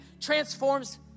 transforms